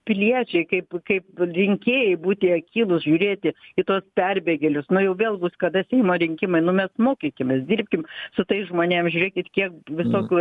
piliečiai kaip kaip rinkėjai būti akylūs žiūrėti į tuos perbėgėlius na jau vėl bus kada seimo rinkimai nu mes mokykimės dirbkim su tais žmonėm žiūrėkit kiek visokių